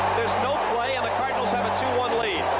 there's no play, and the cardinals have a two one lead.